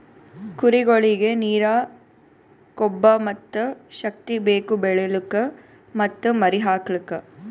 ಕುರಿಗೊಳಿಗ್ ನೀರ, ಕೊಬ್ಬ ಮತ್ತ್ ಶಕ್ತಿ ಬೇಕು ಬೆಳಿಲುಕ್ ಮತ್ತ್ ಮರಿ ಹಾಕಲುಕ್